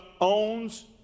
owns